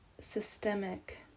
systemic